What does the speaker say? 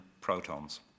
protons